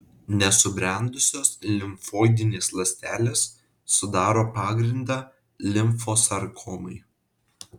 nesubrendusios limfoidinės ląstelės sudaro pagrindą limfosarkomai